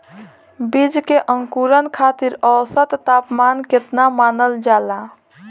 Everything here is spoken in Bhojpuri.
बीज के अंकुरण खातिर औसत तापमान केतना मानल जाला?